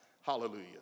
Hallelujah